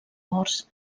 morts